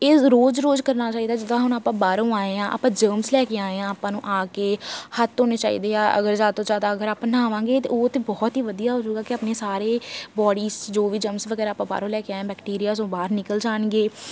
ਇਹ ਰੋਜ਼ ਰੋਜ਼ ਕਰਨਾ ਚਾਹੀਦਾ ਜਿੱਦਾਂ ਹੁਣ ਆਪਾਂ ਬਾਹਰੋਂ ਆਏ ਹਾਂ ਆਪਾਂ ਜਰਮਸ ਲੈ ਕੇ ਆਏ ਹਾਂ ਆਪਾਂ ਨੂੰ ਆ ਕੇ ਹੱਥ ਧੋਣੇ ਚਾਹੀਦੇ ਆ ਅਗਰ ਜ਼ਿਆਦਾ ਤੋਂ ਜ਼ਿਆਦਾ ਅਗਰ ਆਪਾਂ ਨਹਾਵਾਂਗੇ ਅਤੇ ਉਹ ਤਾਂ ਬਹੁਤ ਹੀ ਵਧੀਆ ਹੋ ਜਾਊਗਾ ਕਿ ਆਪਣੀ ਸਾਰੇ ਬੋਡੀਜ਼ 'ਚ ਜੋ ਵੀ ਜਮਸ ਵਗੈਰਾ ਆਪਾਂ ਬਾਹਰੋਂ ਲੈ ਕੇ ਆਏ ਬੈਕਟੀਰੀਆ ਉਹ ਬਾਹਰ ਨਿਕਲ ਜਾਣਗੇ